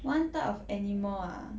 one type of animal ah